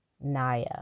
Naya